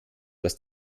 das